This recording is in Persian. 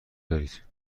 دارید